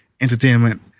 entertainment